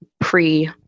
pre